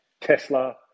Tesla